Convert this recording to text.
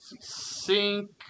Sink